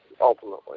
ultimately